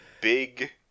Big